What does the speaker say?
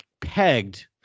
pegged